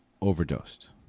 overdosed